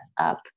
up